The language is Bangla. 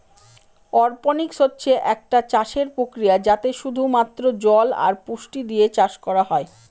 অরপনিক্স হচ্ছে একটা চাষের প্রক্রিয়া যাতে শুধু মাত্র জল আর পুষ্টি দিয়ে চাষ করা হয়